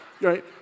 right